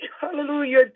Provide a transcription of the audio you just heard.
Hallelujah